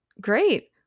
Great